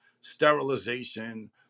sterilization